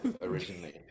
originally